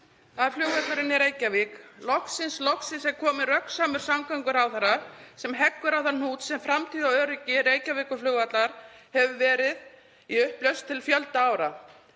Það er flugvöllurinn í Reykjavík. Loksins, loksins er kominn röggsamur samgönguráðherra sem heggur á þann hnút sem framtíð og öryggi Reykjavíkurflugvallar hefur verið, í upplausn til fjölda ára.